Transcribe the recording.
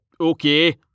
okay